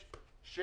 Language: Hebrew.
על